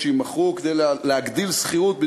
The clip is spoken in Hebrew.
שיימכרו כדי להגדיל את הסיוע בשכירות,